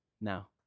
now